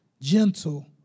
gentle